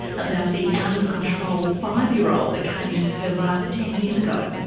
about the out of control five year old that came into her life ten years ago.